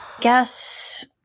Guess